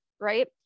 right